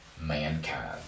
mankind